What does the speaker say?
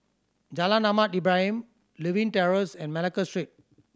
Jalan Ahmad Ibrahim Lewin Terrace and Malacca Street